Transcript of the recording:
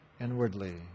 inwardly